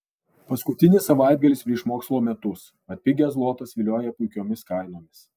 paskutinis savaitgalis prieš mokslo metus atpigęs zlotas vilioja puikiomis kainomis